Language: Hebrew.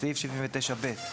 (8)בסעיף 79(ב)